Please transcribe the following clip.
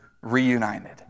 reunited